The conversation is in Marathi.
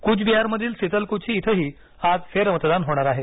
कुचबिहारमधील सितलकुची इथंही आज फेरमतदान होणार आहे